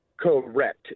Correct